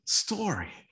story